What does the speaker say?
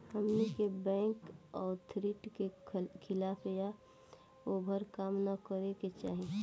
हमनी के bank authority के खिलाफ या ओभर काम न करे के चाही